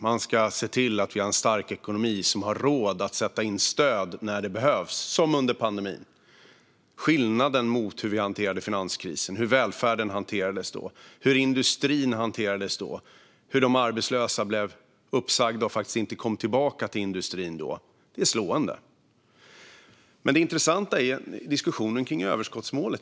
Man ska se till att Sverige har en stark ekonomi som har råd att sätta in stöd när det behövs, som under pandemin. Skillnaden mot hur finanskrisen hanterades - mot hur välfärden och industrin hanterades då och hur de arbetslösa blev uppsagda och faktiskt inte kom tillbaka till industrin - är slående. Men det intressanta är diskussionen kring överskottsmålet.